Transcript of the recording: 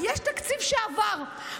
כי יש תקציב שעבר,